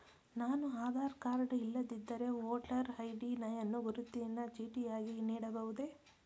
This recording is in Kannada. ನಾನು ಆಧಾರ ಕಾರ್ಡ್ ಇಲ್ಲದಿದ್ದರೆ ವೋಟರ್ ಐ.ಡಿ ಯನ್ನು ಗುರುತಿನ ಚೀಟಿಯಾಗಿ ನೀಡಬಹುದೇ?